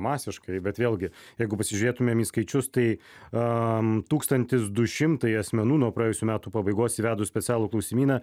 masiškai bet vėlgi jeigu pasižiūrėtumėm į skaičius tai am tūkstantis du šimtai asmenų nuo praėjusių metų pabaigos įvedus specialų klausimyną